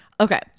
Okay